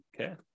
Okay